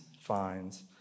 finds